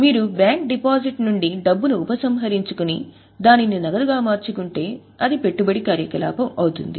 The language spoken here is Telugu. మీరు బ్యాంక్ డిపాజిట్ నుండి డబ్బును ఉపసంహరించుకుని దానిని నగదుగా మార్చుకుంటే అది పెట్టుబడి కార్యకలాపం అవుతుంది